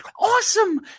awesome